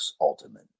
Ultimate